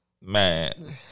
Man